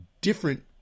Different